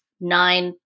nine